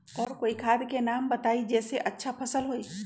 और कोइ खाद के नाम बताई जेसे अच्छा फसल होई?